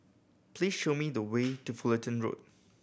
please show me the way to Fullerton Road